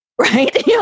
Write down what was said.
right